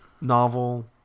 novel